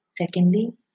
Secondly